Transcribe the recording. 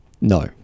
no